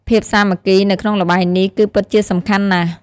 ភាពសាមគ្គីនៅក្នុងល្បែងនេះគឺពិតជាសំខាន់ណាស់។